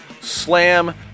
Slam